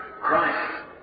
Christ